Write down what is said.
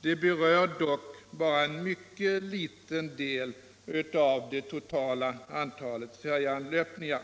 Detta berör dock endast en mycket liten del av det totala antalet färjeanlöpningar.